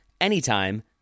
anytime